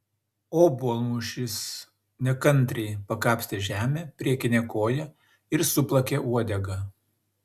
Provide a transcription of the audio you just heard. obuolmušys nekantriai pakapstė žemę priekine koja ir suplakė uodega